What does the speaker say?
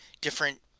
different